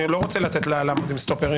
אני לא רוצה לתת לדבר ואז לעמוד עם סטופרים.